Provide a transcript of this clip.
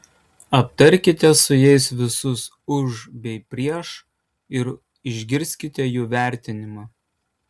aptarkite su jais visus už bei prieš ir išgirskite jų vertinimą